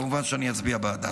כמובן שאני אצביע בעדה.